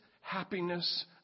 happiness